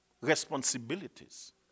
responsibilities